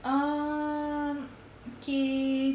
err K